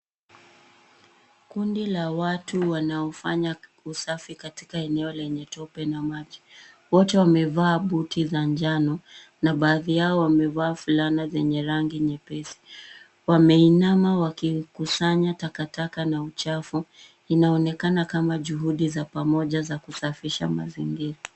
Kundi la watu wanaofanya usafi katika eneo lenye tope na maji. Wote wamevaa boot za njano na baadhi yao wamevaa fulana zenye rangi nyepesi. Wameinama wakikusanya takataka na uchafu. Inaonekana kama juhudi za pamoja za kusafisha mazingira.